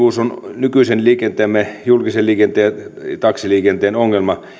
on nykyisen julkisen liikenteemme ja taksiliikenteemme ongelma